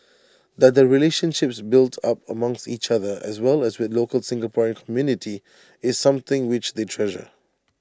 that the relationships built up amongst each other as well as with local Singaporean community is something which they treasure